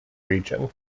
region